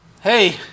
Hey